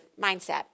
mindset